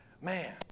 Man